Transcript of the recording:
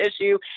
issue